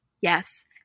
Yes